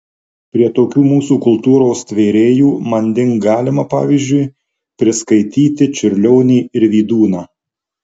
prie tokių mūsų kultūros tvėrėjų manding galima pavyzdžiui priskaityti čiurlionį ir vydūną